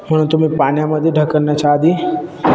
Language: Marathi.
म्हणून तुम्ही पाण्यामध्ये ढकलण्याच्या आधी